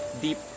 deep